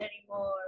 anymore